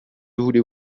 voulez